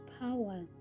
power